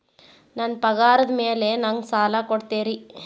ನನ್ನ ಪಗಾರದ್ ಮೇಲೆ ನಂಗ ಸಾಲ ಕೊಡ್ತೇರಿ?